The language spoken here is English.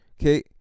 Okay